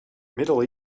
middle